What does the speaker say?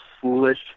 foolish